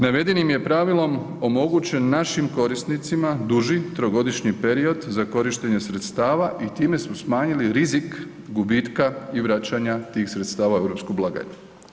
Navedenim je pravilom omogućen našim korisnicima duži trogodišnji period za korištenje sredstava i time smo smanjili rizik gubitka i vraćanja tih sredstava u europsku blagajnu.